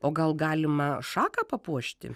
o gal galima šaką papuošti